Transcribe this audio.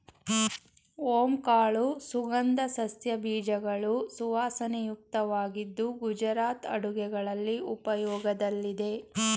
ಓಂ ಕಾಳು ಸುಗಂಧ ಸಸ್ಯ ಬೀಜಗಳು ಸುವಾಸನಾಯುಕ್ತವಾಗಿದ್ದು ಗುಜರಾತ್ ಅಡುಗೆಗಳಲ್ಲಿ ಉಪಯೋಗದಲ್ಲಿದೆ